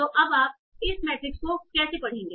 तो अब आप इस मैट्रिक्स को कैसे पढ़ेंगे